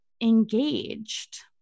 engaged